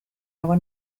agua